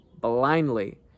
blindly